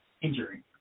Injury